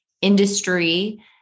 industry